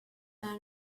and